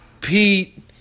Pete